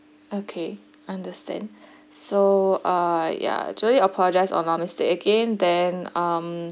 okay understand so uh ya truly apologise on our mistake again then um